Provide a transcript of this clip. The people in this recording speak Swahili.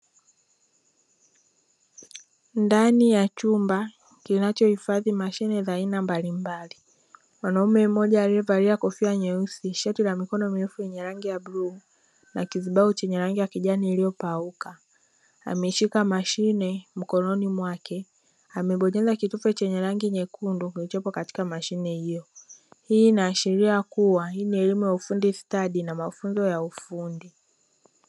Ndani ya chumba kinachohifadhi mashine za aina mbalimbali mwanaume mmoja aliyevalia kofia nyeusi, shati la mikono mirefu lenye rangi ya bluu na kizibao chenye rangi ya kijani iliyopauka ameshika mashine mkononi mwake amebonyeza kitufe chenye rangi nyekundu kilichopo katika mashine hiyo. Hii inaashiria kuwa hii ni elimu ya ufundi stadina mafunzo ya ufundi.